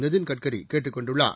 நிதின் கட்கரி கேட்டுக் கொண்டுள்ளார்